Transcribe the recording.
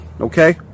okay